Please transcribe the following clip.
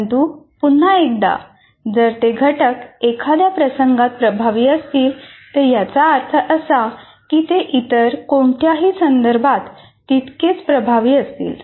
परंतु पुन्हा एकदा जर ते घटक एखाद्या प्रसंगात प्रभावी असतील तर याचा अर्थ असा नाही की ते इतर कोणत्याही संदर्भात तितकेच प्रभावी असतील